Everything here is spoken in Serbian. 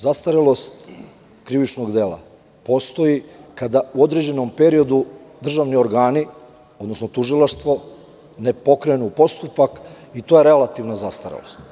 Zastarelost krivičnog dela postoji kada u određenom periodu državni organi, odnosno tužilaštvo ne pokrenu postupak i to je relativna zastarelost.